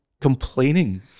complaining